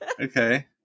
Okay